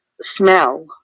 smell